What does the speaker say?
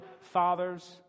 fathers